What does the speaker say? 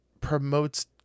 promotes